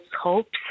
hopes